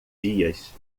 dias